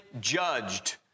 judged